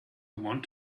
want